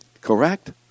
Correct